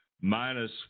minus